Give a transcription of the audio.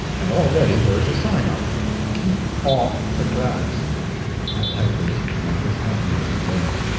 and already there is a sign up keep off the grass my life is not as happy as it was.